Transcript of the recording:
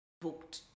booked